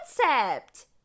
concept